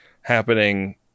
happening